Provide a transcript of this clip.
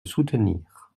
soutenir